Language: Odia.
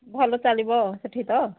ଭଲ ଚାଲିବ ସେଇଠି ତ